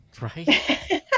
right